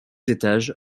étages